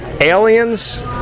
aliens